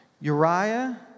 Uriah